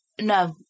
No